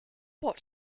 what